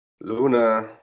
Luna –